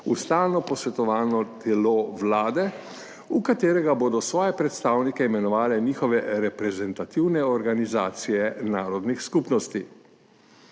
v stalno posvetovalno telo Vlade, v katerega bodo svoje predstavnike imenovale njihove reprezentativne organizacije narodnih skupnosti.